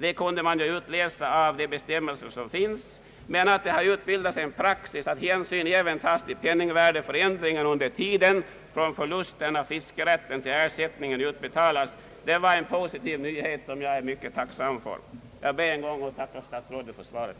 har jag kunnat läsa mig till i bestämmelserna, men att det har utbildats en praxis att hänsyn även tas till penningvärdeförändringen under tiden från förlusten av fiskerätten tills ersättningen utbetalats, var en positiv nyhet som jag är mycket tacksam för. Jag ber än en gång att få tacka statsrådet för svaret.